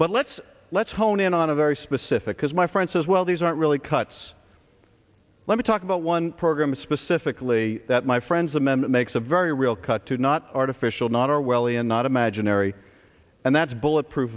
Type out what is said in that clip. but let's let's hone in on a very specific cause my friend says well these aren't really cuts let me talk about one program specifically that my friends m m makes a very real cut to not artificial not orwellian not imaginary and that's bullet proof